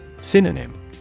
Synonym